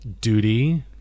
duty